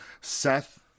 Seth